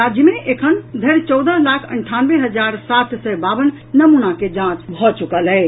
राज्य मे एखन धरि चौदह लाख अन्ठानवे हजार सात सय बावन नमूना के जांच भऽ चुकल अछि